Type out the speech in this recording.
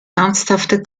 ernsthafte